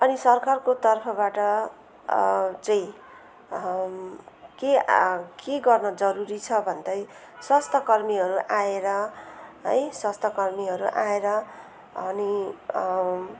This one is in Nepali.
अनि सरकारको तर्फबाट चाहिँ के आ के गर्न जरुरी छ भन्दा स्वास्थ्यकर्मीहरू आएर है स्वास्थ्यकर्मीहरू आएर अनि